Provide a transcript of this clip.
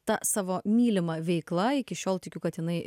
ta savo mylima veikla iki šiol tikiu kad jinai